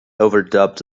overdubbed